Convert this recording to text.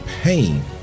pain